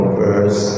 verse